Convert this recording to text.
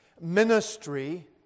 ministry